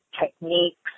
techniques